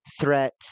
threat